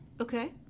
Okay